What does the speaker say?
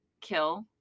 kill